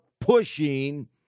pushing